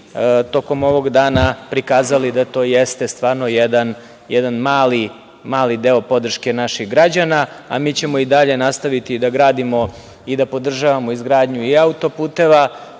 tokom ovog dana prikazali da to jeste stvarno jedan mali, mali deo podrške naših građana, a mi ćemo i dalje nastaviti da gradimo i da podržavamo izgradnju i auto-puteva. Malopre